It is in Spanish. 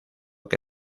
que